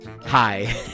Hi